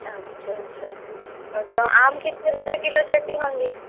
अच्छा अच्छा अ तो आम कितने रुपय किलो देती होंगी